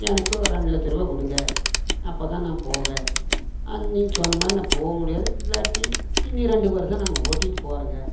எனக்கு ஒரு ரெண்டு லட்சரூபா கொடுங்க அப்போதான் நான் போவன் அன் நீங்கள் சொன்னமாதிரி நான் போகமுடியாது இல்லாட்டி இனி ரெண்டு வர்ஷம் நாம ஓட்டிட்டுபோறேங்க